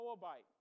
Moabite